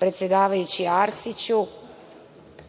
predsedavajući Arsiću